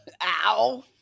Ow